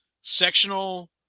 sectional